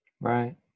Right